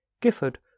Gifford